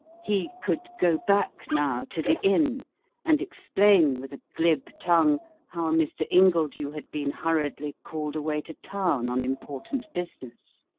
he could go back now to the inn and explain with a glib tongue how mr. ingledew had been hurriedly called away to town on important business.